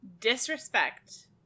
disrespect